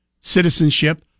citizenship